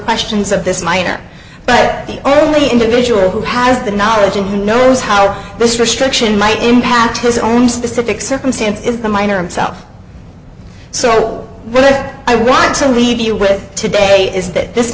questions of this minor but the only individual who has the knowledge and who knows how this restriction might impact his own specific circumstance if the minor itself so i want to leave you with today is that this